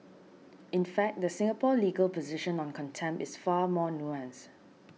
in fact the Singapore legal position on contempt is far more nuanced